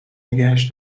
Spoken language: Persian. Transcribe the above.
نگهش